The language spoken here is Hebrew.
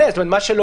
מפלגות.